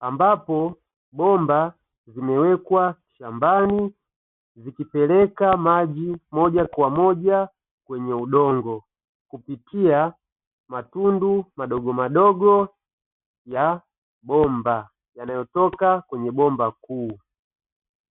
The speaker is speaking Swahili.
ambapo bomba zimewekwa shambani zikipeleka maji moja kwa moja kwenye udongo kupitia matundu madogomadogo ya bomba yanayotoka kwenye bomba kuu.